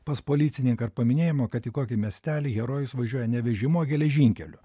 pas policininką ar paminėjimą kad į kokį miestelį herojus važiuoja ne vežimu o geležinkeliu